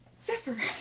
Zipper